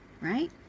Right